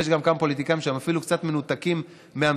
ויש גם כמה פוליטיקאים שהם אפילו קצת מנותקים מהמציאות,